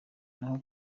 naho